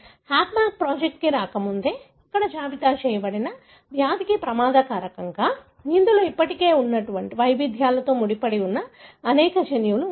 HapMap project రాకముందే ఇక్కడ జాబితా చేయబడిన వ్యాధికి ప్రమాద కారకంగా అందులో ఇప్పటికే ఉన్న వైవిధ్యాలతో ముడిపడి ఉన్న అనేక జన్యువులు ఉన్నాయి